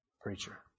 preacher